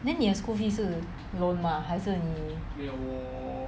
then 你的 school fee 是 loan mah 还是